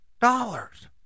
dollars